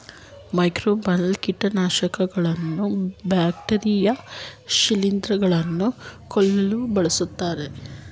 microbial ಕೀಟನಾಶಕಗಳು bacteria ಶಿಲಿಂದ್ರ ಗಳನ್ನು ಕೊಲ್ಲಲು ಬಳ್ಸತ್ತರೆ